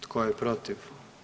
Tko je protiv?